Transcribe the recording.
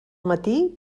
matí